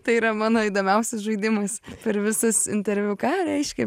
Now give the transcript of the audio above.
tai yra mano įdomiausias žaidimas per visus interviu ką reiškia